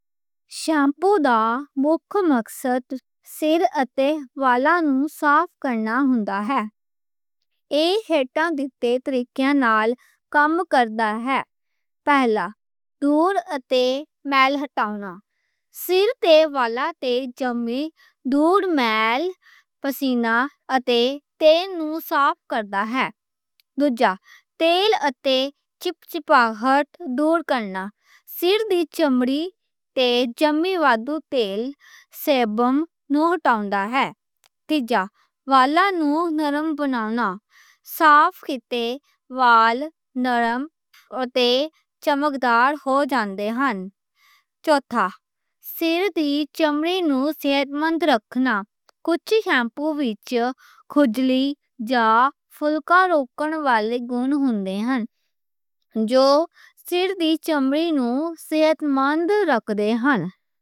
شیمپو دا مک مقصد سر اتے والاں نوں صاف کرنا ہے۔ ایہ طریقیاں نال کم لُندا ہے۔ پہلا، دھوٗر اتے میل ہٹاؤنا۔ سر تے والاں تے جمی دھوٗر میل، پسینہ اتے تیل نوں صاف کردا ہے۔ دوجا، تیل اتے چپ چپاہٹ دور کرنا۔ سر دی چمڑی تے جمی وادھو تیل، سیبم نوں ہٹاؤندا ہے۔ تیجا، والاں نوں نرم بنانا۔ صاف کیتے وال نرم اتے چمکدا ہو جاندے نیں۔ چوٹھا، سر دی چمڑی نوں صحت مند رکھنا۔ کجھ شیمپو وچ کھجلی جاں پھُلکا روکݨ والے گُن ہوندے نیں۔ جو سر دی چمڑی نوں صحت مند رکھنے نیں۔